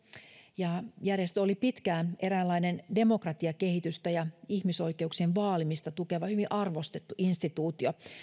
ja järjestö oli pitkään eräänlainen demokratiakehitystä ja ihmisoikeuksien vaalimista tukeva hyvin arvostettu instituutio